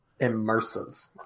Immersive